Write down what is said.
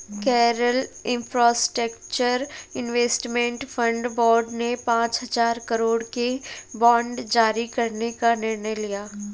Kerala infrastructure investment fund board ने पांच हजार करोड़ के बांड जारी करने का निर्णय लिया